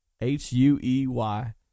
h-u-e-y